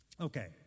Okay